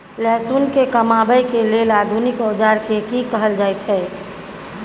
लहसुन के कमाबै के लेल आधुनिक औजार के कि कहल जाय छै?